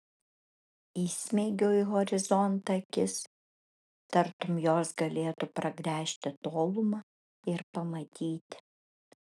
įsmeigiau į horizontą akis tartum jos galėtų pragręžti tolumą ir pamatyti